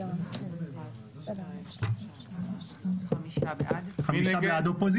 סדר היום: פנית יושב-ראש הכנסת בדבר